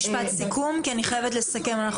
משפט סיכום כי אני חייבת לסכם.